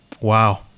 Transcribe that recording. wow